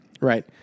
right